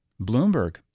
Bloomberg